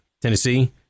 Tennessee